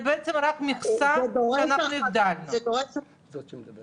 זה בעצם רק מכסה --- זה דורש --- לא,